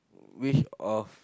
which of